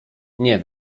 nie